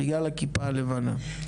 בגלל הכיפה הלבנה.